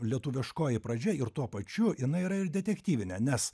lietuviškoji pradžia ir tuo pačiu jinai yra ir detektyvinė nes